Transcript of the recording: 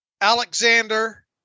Alexander